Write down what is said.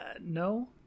No